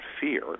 fear